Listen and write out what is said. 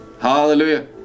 Hallelujah